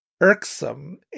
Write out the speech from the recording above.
irksome